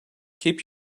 keep